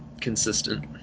consistent